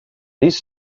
these